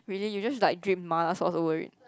really you just like drink mala sauce over it